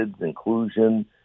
inclusion